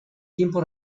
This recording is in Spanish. tiempo